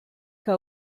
que